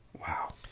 Wow